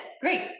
great